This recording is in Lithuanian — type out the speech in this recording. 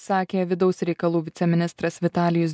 sakė vidaus reikalų viceministras vitalijus